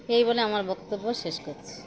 এই বলে আমার বক্তব্য শেষ করছি